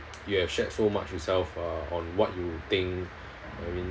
you have shared so much yourself uh on what you think I mean